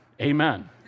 Amen